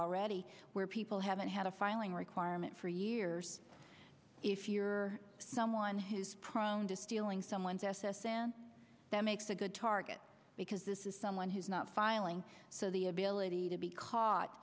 already where people haven't had a filing requirement for years if you're someone who's prying into stealing someone's s s n that makes a good target because this is someone who's not filing so the ability to be caught